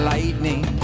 Lightning